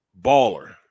baller